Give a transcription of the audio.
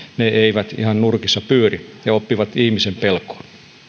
ne eivät ihan nurkissa pyöri ja oppivat ihmisen pelkoon